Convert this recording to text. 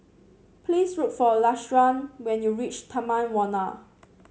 please look for Lashawn when you reach Taman Warna